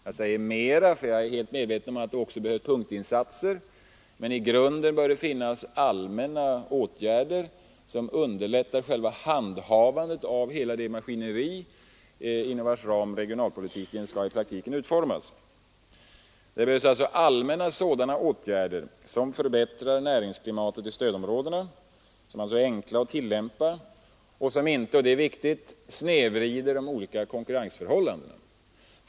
Jag säger ”mera” och inte ”bara”, för jag är helt medveten om att det också behövs punktinsatser. Men i grunden bör det vidtas allmänna åtgärder som underlättar själva handhavandet av hela det maskineri inom vars ram regionalpolitiken i praktiken skall utformas. Det behövs således allmänna åtgärder som förbättrar näringsklimatet i stödområdena, som är enkla att tillämpa och som inte — det är viktigt — snedvrider de olika konkurrensförhållandena.